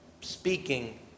speaking